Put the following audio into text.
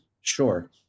Sure